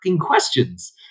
questions